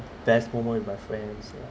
best moment with my friends